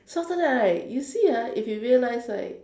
so after that right you see ah if you realize right